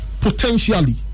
potentially